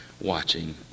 watching